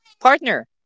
Partner